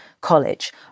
college